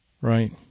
Right